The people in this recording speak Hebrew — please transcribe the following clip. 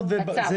בצו